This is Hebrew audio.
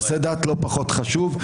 נושא הדת לא פחות חשוב,